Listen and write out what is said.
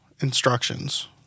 instructions